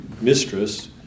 mistress